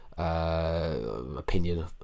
Opinion